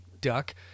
Duck